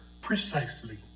Precisely